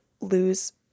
lose